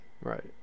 right